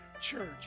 church